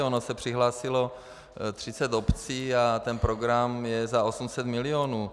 Ono se přihlásilo 30 obcí a ten program je za 800 milionů.